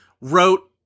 wrote